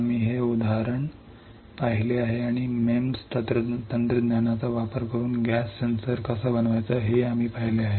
आम्ही हे उदाहरण पाहिले आहे आणि MEMS तंत्रज्ञानाचा वापर करून गॅस सेन्सर कसा बनवायचा हे आम्ही पाहिले आहे